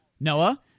Noah